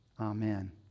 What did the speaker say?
Amen